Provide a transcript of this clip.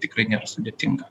tikrai nėra nesudėtinga